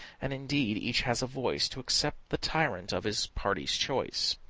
and, indeed, each has a voice to accept the tyrant of his party's choice.